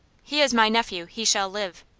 he is my nephew. he shall live.